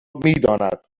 میداند